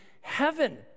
heaven